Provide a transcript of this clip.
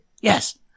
Yes